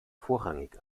vorrangig